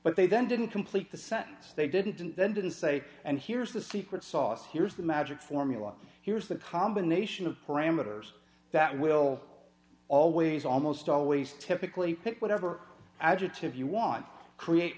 but they then didn't complete the sentence they didn't and then didn't say and here's the secret sauce here's the magic formula here's the combination of parameters that will always almost always typically pick whatever adjective you want create